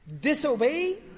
disobey